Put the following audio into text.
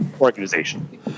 Organization